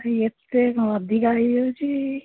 ଏତେ କ'ଣ ଅଧିକା ହେଇଯାଉଛି